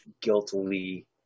guiltily